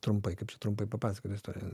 trumpai kaip čia trumpai papasakot istoriją